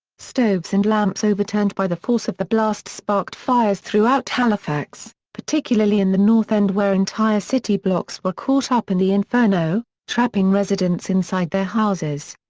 stoves and lamps overturned by the force of the blast sparked fires throughout halifax, particularly in the north end where entire city blocks were caught up in the inferno, trapping residents inside their houses.